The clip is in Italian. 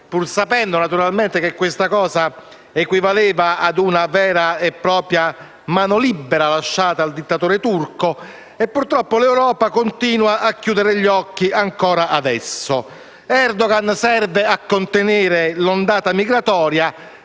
pur sapendo che questo equivaleva a una vera e propria mano libera lasciata al dittatore turco. E purtroppo l'Europa continua a chiudere gli occhi ancora adesso. Erdogan serve a contenere l'ondata migratoria